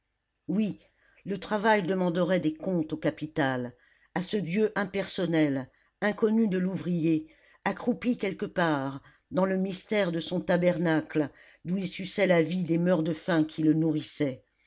oui le travail demanderait des comptes au capital à ce dieu impersonnel inconnu de l'ouvrier accroupi quelque part dans le mystère de son tabernacle d'où il suçait la vie des meurt-de-faim qui le nourrissaient